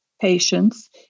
patients